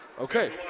Okay